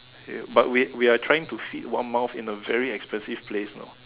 okay but we we're trying to feed one month in a very expensive place you know